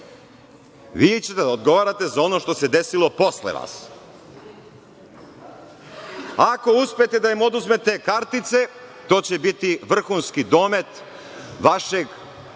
Vi ćete da odgovarate za ono što se desilo posle vas. Ako uspete da im oduzmete kartice to će biti vrhunski domet vašeg